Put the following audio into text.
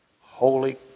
holy